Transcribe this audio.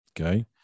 Okay